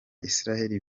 israel